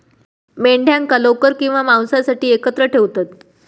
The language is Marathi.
मेंढ्यांका लोकर किंवा मांसासाठी एकत्र ठेवतत